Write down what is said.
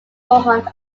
mohamed